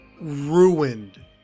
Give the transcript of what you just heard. ruined